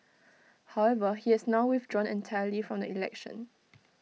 however he has now withdrawn entirely from the election